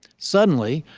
suddenly,